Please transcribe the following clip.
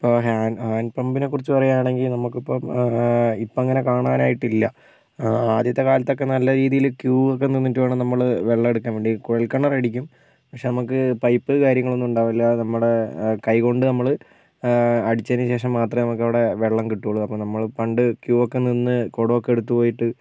ഇപ്പൊ hand hand പമ്പിനെ കുറിച്ച് പറയാണെങ്കിൽ നമ്മക്കിപ്പം ഇപ്പോൾ അങ്ങനെ കാണാനായിട്ടില്ല ആദ്യത്തെ കാലത്തൊക്കെ നല്ല രീതിയിൽ ക്യൂ ഒക്കെ നിന്നുട്ടുവേണം നമ്മൾ വെള്ളം എടുക്കാൻ വേണ്ടിയിട്ട് കുഴൽ കിണറടിക്കും പക്ഷേ നമുക്ക് പൈപ്പ് കാര്യങ്ങളൊന്നും ഉണ്ടാകില്ല നമ്മുടെ കൈയ്യ് കൊണ്ടു നമ്മൾ അടിച്ചതിന് ശേഷം മാത്രമേ നമുക്കവിടെ വെള്ളം കിട്ടുള്ളൂ അപ്പോൾ പണ്ട് ക്യൂ ഒക്കെ നിന്ന് കൊടോക്കെ എടുത്തു പോയിട്ട്